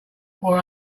four